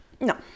No